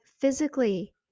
physically